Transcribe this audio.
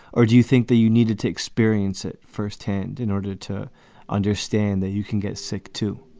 or do you think that you needed to experience it first hand in order to understand that you can get sick to